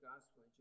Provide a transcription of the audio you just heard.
gospel